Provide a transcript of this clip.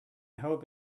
hope